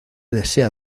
desea